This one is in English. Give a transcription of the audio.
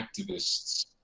activists